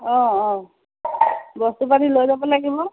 অঁ অঁ বস্তু পাতি লৈ যাব লাগিব